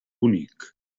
únic